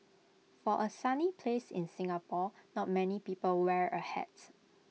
for A sunny place in Singapore not many people wear A hats